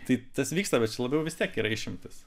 tai tas vyksta bet čia labiau vis tiek yra išimtis